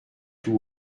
tout